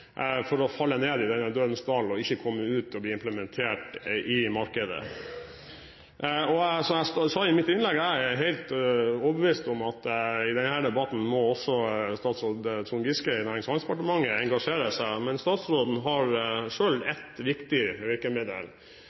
ikke komme ut og bli implementert i markedet. Jeg sa i mitt innlegg – og jeg er helt overbevist om det – at i denne debatten må også statsråd Trond Giske i Nærings- og handelsdepartementet engasjere seg. Men statsråden har selv et viktig virkemiddel,